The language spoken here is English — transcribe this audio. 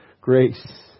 Grace